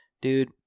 dude